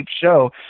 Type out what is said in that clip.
show